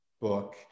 book